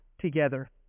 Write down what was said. together